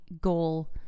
goal